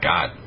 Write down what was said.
God